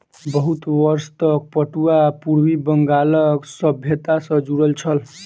बहुत वर्ष तक पटुआ पूर्वी बंगालक सभ्यता सॅ जुड़ल छल